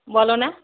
বলো না